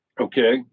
Okay